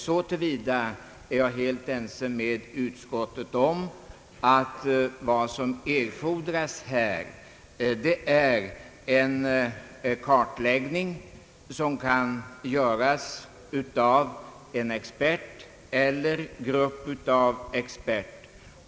Jag är således helt ense med utskottet om att vad som här erfordras är en kartläggning som kan göras av en expert eller en grupp av experter.